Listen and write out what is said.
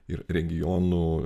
ir regionų